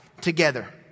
together